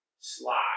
slide